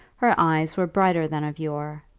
her eyes were brighter than of yore,